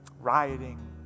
rioting